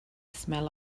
smell